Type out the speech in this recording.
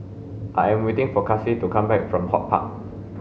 I am waiting for Kaci to come back from HortPark